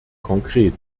konkret